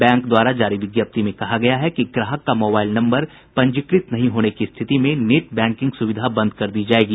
bank द्वारा जारी विज्ञप्ति में कहा गया है कि ग्राहक का मोबाईल नम्बर पंजीकृत नहीं होने की स्थिति में नेट बैंकिंग सुविधा बंद कर दी जायेगी